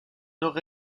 nord